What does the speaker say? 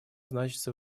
значатся